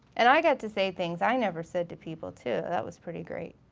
and i got to say things i never said to people too, that was pretty great.